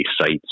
sites